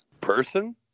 Person